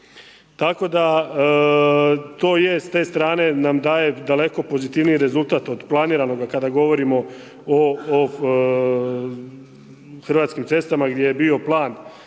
Tako da je to je s te strane nam daje daleko pozitivnije rezultat od planiranog kada govorimo o hrvatskim cestama, gdje je bio plan